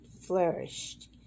flourished